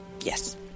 Yes